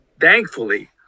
thankfully